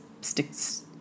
sticks